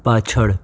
પાછળ